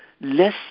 less